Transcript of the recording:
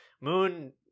Moon